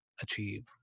achieve